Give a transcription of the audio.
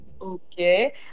Okay